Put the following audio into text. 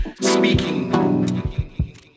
Speaking